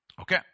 Okay